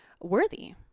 worthy